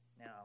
Now